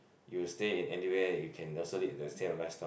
you stay in anywhere you can also lead the same lifestyle